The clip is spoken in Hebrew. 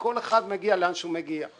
כל אחד מגיע לאן שהוא מגיע.